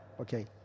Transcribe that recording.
okay